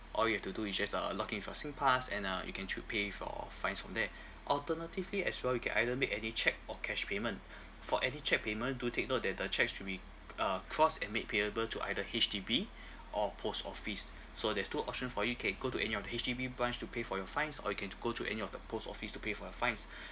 all you have to do is just uh log in with your SINGPASS and uh you can choo~ pay for fines from there alternatively as well you can either make any cheque or cash payment for any cheque payment do take note that the cheques should be uh crossed and made payable to either H_D_B or post office so there's two option for you can go to any of the H_D_B branch to pay for your fines or you can t~ go to any of the post office to pay for your fines